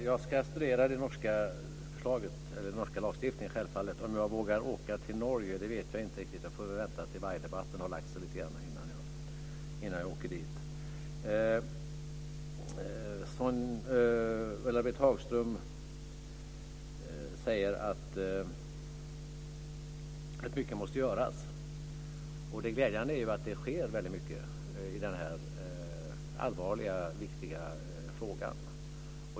Fru talman! Jag ska självfallet studera den norska lagstiftningen. Om jag vågar åka till Norge vet jag inte riktigt. Jag får väl vänta till dess att vargdebatten har lagt sig lite grann innan jag åker dit. Ulla-Britt Hagström säger att mycket måste göras. Det glädjande är att det sker väldigt mycket i denna allvarliga, viktiga fråga.